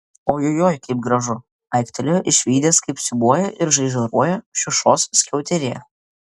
ojojoi kaip gražu aiktelėjo išvydęs kaip siūbuoja ir žaižaruoja šiušos skiauterė